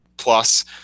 Plus